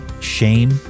shame